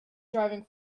driving